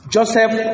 Joseph